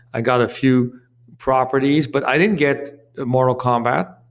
i got a few properties, but i didn't get mortal kombat,